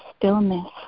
stillness